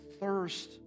thirst